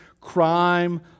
crime